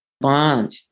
bond